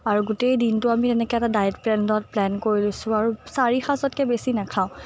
আৰু গোটেই দিনতো আমি এনেকৈ এটা ডায়েট প্লেনত প্লেন কৰি লৈছোঁ আৰু চাৰিসাজতকে বেছি নাখাওঁ